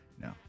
No